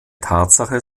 tatsache